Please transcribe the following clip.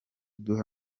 duha